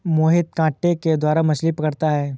मोहित कांटे के द्वारा मछ्ली पकड़ता है